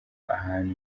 ahantu